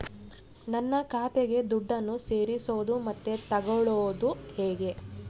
ನನ್ನ ಖಾತೆಗೆ ದುಡ್ಡನ್ನು ಸೇರಿಸೋದು ಮತ್ತೆ ತಗೊಳ್ಳೋದು ಹೇಗೆ?